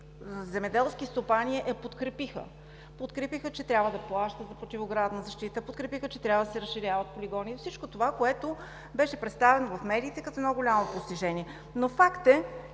земеделски стопани я подкрепиха. Подкрепиха, че трябва да плащат за противоградна защита; подкрепиха, че трябва да се разширяват полигоните. Всичко това беше представено в медиите, като едно голямо постижение.